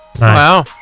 Wow